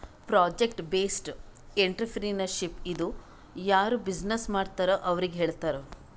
project based entrepreneurship ಇದು ಯಾರು business ಮಾಡ್ತಾರ್ ಅವ್ರಿಗ ಹೇಳ್ತಾರ್